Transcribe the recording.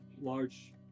large